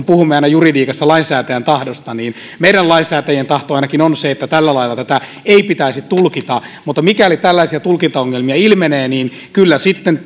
puhumme aina juridiikassa lainsäätäjän tahdosta että edustaja heinosen kanssa ainakin meidän lainsäätäjien tahto on se että tällä lailla tätä ei pitäisi tulkita mutta mikäli tällaisia tulkintaongelmia ilmenee kyllä sitten